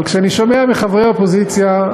אבל כשאני שומע מחברי האופוזיציה,